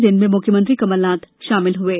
जिनमें मुख्यमंत्री कमलनाथ शामिल हये